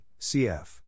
cf